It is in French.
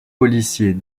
policier